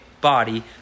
body